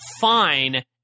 fine